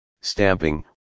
stamping